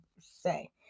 say